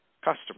customers